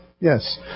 Yes